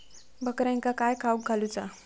बकऱ्यांका काय खावक घालूचा?